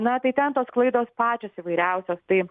na tai ten tos klaidos pačios įvairiausios tai